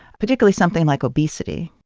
particularly something like obesity,